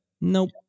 nope